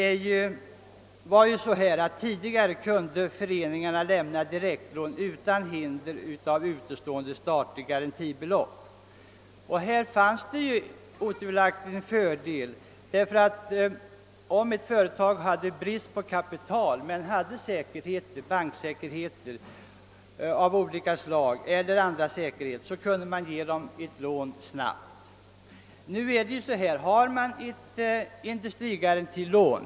Tidigare kunde föreningarna lämna direktlån utan hinder av utestående statligt garantibelopp. Det var otvivelaktigt en fördel. Om ett företag led brist på kapital men hade bankmässiga eller andra säkerheter kunde man snabbt ge företaget ett lån.